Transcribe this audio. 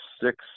six